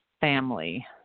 family